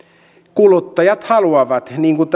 kuluttajat haluavat niin kuin